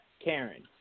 Karen